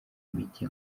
mike